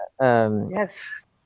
yes